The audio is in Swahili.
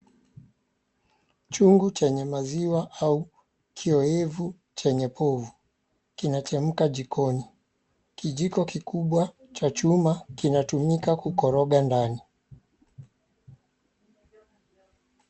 Chungu chenye maziwa ama kiyoevu chenye povu kinachemka jikoni. Kijiko kikubwa cha chuma kinatumika kukoroga ndani